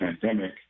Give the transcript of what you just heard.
pandemic